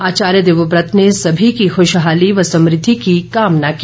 आचार्य देवव्रत ने सभी की खुशहाली व समृद्धि की कामना की